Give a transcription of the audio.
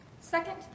Second